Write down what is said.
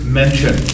mention